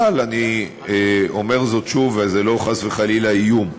אבל אני אומר זאת שוב, וזה לא חס וחלילה איום: